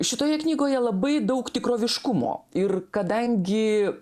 šitoje knygoje labai daug tikroviškumo ir kadangi